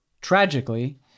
tragically